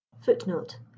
footnote